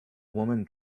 woman